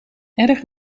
erg